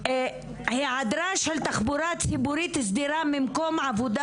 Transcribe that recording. העדרה של תחבורה ציבורית סדירה ממקום העבודה